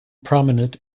prominent